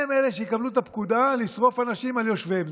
הם אלה שיקבלו את הפקודה לשרוף אנשים על יושביהם.